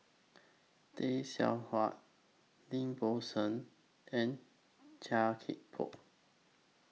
Tay Seow Huah Lim Bo Seng and Chia Thye Poh